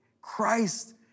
Christ